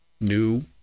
New